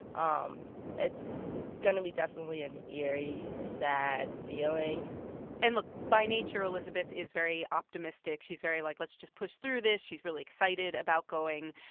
um it's going to be definitely an eerie, sad feeling and look. by nature, elizabeth is very optimistic. she's very, like, let's just push through this. she's really excited about going.